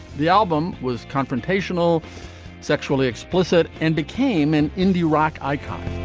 the album was confrontational sexually explicit and became an indie rock icon.